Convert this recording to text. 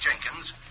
Jenkins